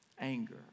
anger